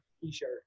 T-shirt